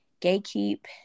gatekeep